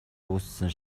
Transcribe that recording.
үүссэн